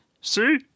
See